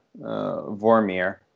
Vormir